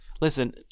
Listen